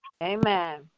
Amen